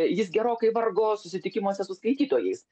jis gerokai vargo susitikimuose su skaitytojais